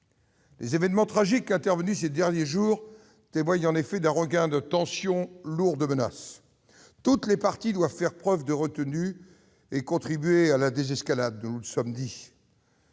Les événements tragiques intervenus ces derniers jours témoignent en effet d'un regain de tensions lourd de menaces. Toutes les parties doivent faire preuve de retenue et contribuer à la désescalade. Je partage les